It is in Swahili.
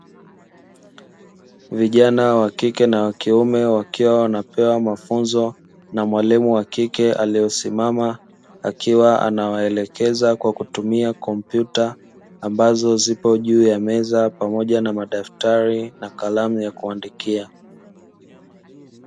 Vijana wa kike na wa kiume, wakiwa wanapewa mafunzo na mwalimu wa kike aliyesimama, akiwa anawaelekeza kwa kutumia kompyuta ambazo zipo juu ya meza, pamoja na madaftari na kalamu ya kuandikia.